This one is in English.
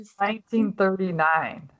1939